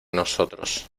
nosotros